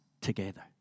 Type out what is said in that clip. together